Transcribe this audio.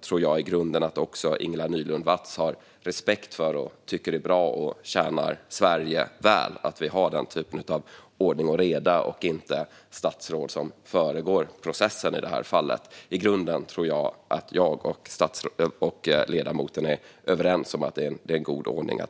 tror att också Ingela Nylund Watz har respekt för den processen, att hon tycker att det är bra och tjänar Sverige väl att vi har den typen av ordning och reda och inte har statsråd som föregår processen. Jag tror att jag och ledamoten i grunden är överens om att det är en god ordning.